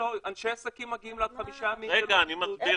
אנשי עסקים מגיעים לעד חמישה ימים -- אתה יודע מה